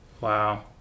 wow